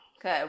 Good